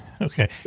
Okay